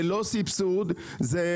הכול הצגות.